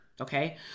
Okay